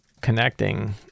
connecting